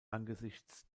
angesichts